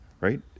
Right